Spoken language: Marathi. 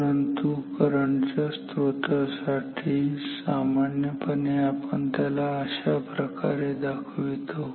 परंतु करंट च्या स्त्रोत साठी सामान्य मध्ये आपण त्याला अशाप्रकारे दर्शवितो